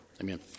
Amen